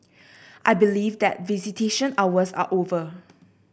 I believe that visitation hours are over